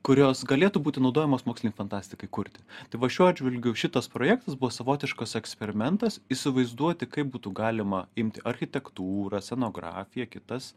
kurios galėtų būti naudojamos mokslinei fantastikai kurti tai va šiuo atžvilgiu šitas projektas buvo savotiškas eksperimentas įsivaizduoti kaip būtų galima imti architektūrą scenografiją kitas